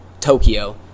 Tokyo